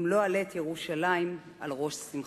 אם לא אעלה את ירושלים על ראש שמחתי.